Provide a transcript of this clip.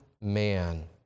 man